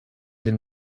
den